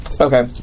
Okay